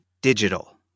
digital